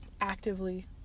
actively